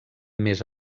més